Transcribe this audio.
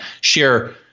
share